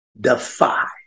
Defy